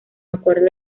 acuerdo